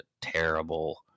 terrible